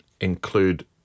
include